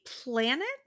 planet